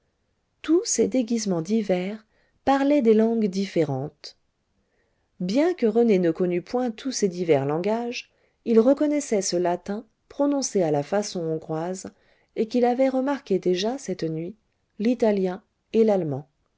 tous ces déguisements divers parlaient des langues différentes bien que rené ne connût point tous ces divers langages il reconnaissait ce latin prononcé à la façon hongroise et qu'il avait remarqué déjà cette nuit l'italien et l'allemand